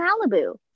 Malibu